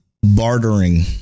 bartering